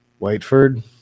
Whiteford